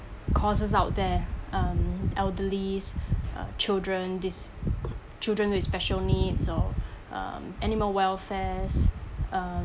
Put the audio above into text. causes out there um elderlies uh children these children with special needs or um animal welfares uh